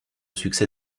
succès